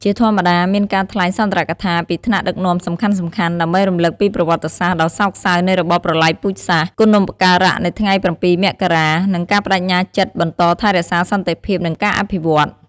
ជាធម្មតា មានការថ្លែងសុន្ទរកថាពីថ្នាក់ដឹកនាំសំខាន់ៗ ដើម្បីរំឭកពីប្រវត្តិសាស្ត្រដ៏សោកសៅនៃរបបប្រល័យពូជសាសន៍ គុណូបការៈនៃថ្ងៃ៧ មករា និងការប្ដេជ្ញាចិត្តបន្តថែរក្សាសន្តិភាពនិងការអភិវឌ្ឍន៍។